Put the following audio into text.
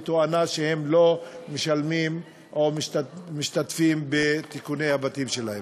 בתואנה שהם לא משלמים או לא משתתפים בתיקוני הבתים שלהם.